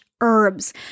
herbs